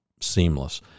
seamless